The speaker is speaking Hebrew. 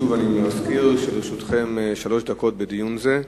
אני מזכיר שוב שלרשותכם שלוש דקות לדיון זה.